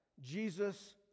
Jesus